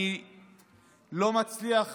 אני לא מצליח